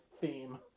theme